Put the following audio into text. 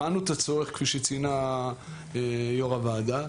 הבנו את הצורך כפי שציינה יו"ר הוועדה.